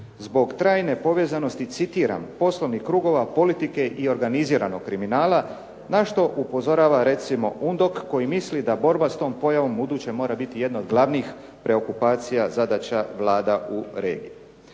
zbog trajne povezanosti citiram: "poslovnih krugova, politike i organiziranog kriminala" na što upozorava recimo "UNDOC" koji misli da borba s tom pojavom ubuduće mora biti jedna od glavnih preokupacija, zadaća Vlada u regiji.